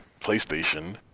playstation